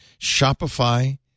Shopify